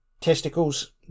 testicles